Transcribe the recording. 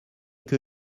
que